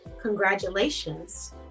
Congratulations